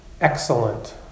excellent